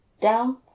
down